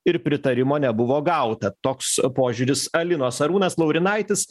ir pritarimo nebuvo gauta toks požiūris alinos arūnas laurinaitis